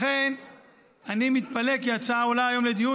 לכן אני מתפלא כי ההצעה עולה היום לדיון